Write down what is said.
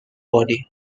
body